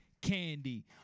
candy